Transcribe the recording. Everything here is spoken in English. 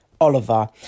Oliver